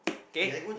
k